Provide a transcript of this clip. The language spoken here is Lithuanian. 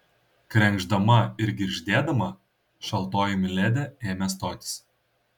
krenkšdama ir girgždėdama šaltoji miledi ėmė stotis